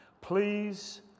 Please